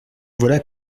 voilà